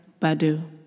Badu